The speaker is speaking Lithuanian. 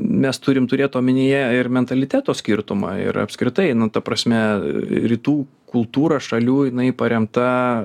mes turim turėt omenyje ir mentaliteto skirtumą ir apskritai nu ta prasme rytų kultūra šalių jinai paremta